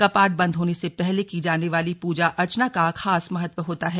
कपाट बंद होने से पहले की जाने वाली पूजा अर्चना का खास महत्व होता है